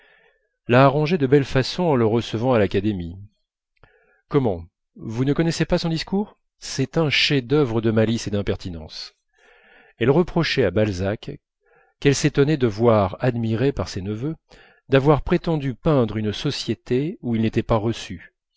l'a arrangé de belle façon en le recevant à l'académie comment vous ne connaissez pas son discours c'est un chef-d'œuvre de malice et d'impertinence elle reprochait à balzac qu'elle s'étonnait de voir admiré par ses neveux d'avoir prétendu peindre une société où il n'était pas reçu